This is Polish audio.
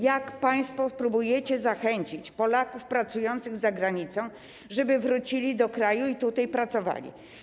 Jak państwo spróbujecie zachęcić Polaków pracujących za granicą, żeby wrócili do kraju i tutaj pracowali?